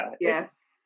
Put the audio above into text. yes